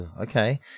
okay